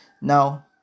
Now